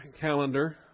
calendar